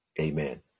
Amen